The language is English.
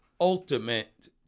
ultimate